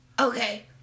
Okay